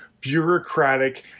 bureaucratic